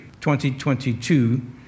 2022